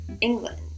England